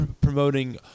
promoting